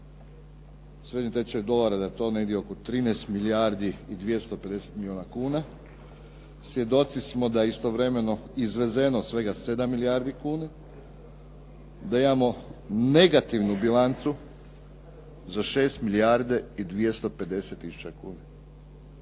srednjem tečaju dolara da je to negdje oko 13 milijardi i 250 milijuna kuna. Svjedoci smo da je istovremeno izvezeno svega 7 milijardi kuna, da imamo negativnu bilancu za 6 milijardi i 250 tisuća kuna.